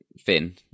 thin